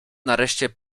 nareszcie